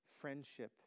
friendship